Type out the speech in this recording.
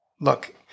Look